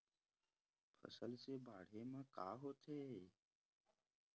फसल से बाढ़े म का होथे?